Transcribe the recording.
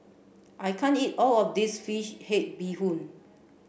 I can't eat all of this fish head bee hoon